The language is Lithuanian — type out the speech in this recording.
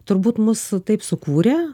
turbūt mus taip sukūrė